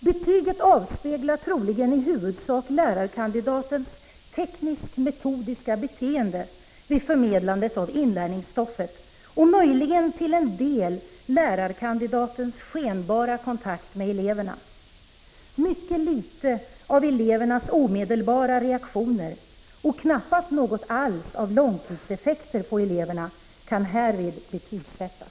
Betygen avspeglar troligen i huvudsak lärarkandidatens tekniskmetodiska beteende vid förmedlandet av inlärningsstoffet och möjligen till 21 en del lärarkandidatens skenbara kontakt med eleverna. Mycket litet av elevernas omedelbara reaktioner och knappast något alls av långtidseffekten på eleverna kan härvid betygsättas.”